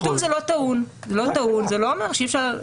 כתוב שזה לא טעון, זה לא אומר שאי אפשר.